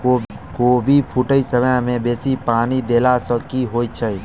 कोबी फूटै समय मे बेसी पानि देला सऽ की होइ छै?